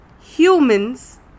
humans